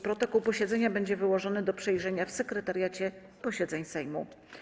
Protokół posiedzenia będzie wyłożony do przejrzenia w Sekretariacie Posiedzeń Sejmu.